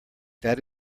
that